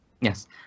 Yes